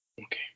Okay